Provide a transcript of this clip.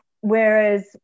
whereas